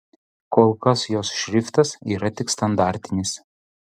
kol kas jos šriftas yra tik standartinis